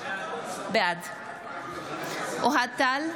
בעד אוהד טל,